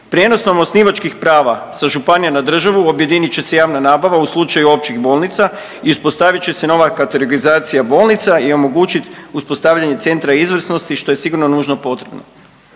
Prijenosom osnivačkih prava sa županija na državu objedinit će se i javna nabava u slučaju općih bolnica, ispostavit će se nova kategorizacija bolnica i omogućit uspostavljanje centra izvrsnosti što je sigurno nužno potrebno.